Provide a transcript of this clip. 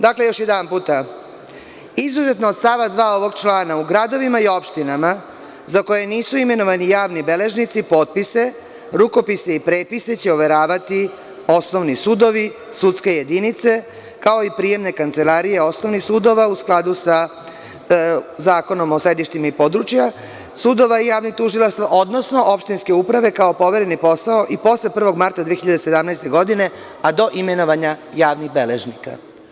Dakle, još jedanput - izuzetno od stava 2. ovog člana u gradovima i opštinama za koje nisu imenovani javni beležnici potpise, rukopise i prepise će overavati osnovni sudovi, sudske jedinice, kao i prijemne kancelarije osnovnih sudova u skladu sa Zakonom o sedištima i područja sudova, javnih tužilaštava, odnosno opštinske uprave kao povereni posao i posle 1. marta 2017. godine, a do imenovanja javnih beležnika.